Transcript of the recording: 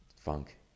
funk